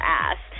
ass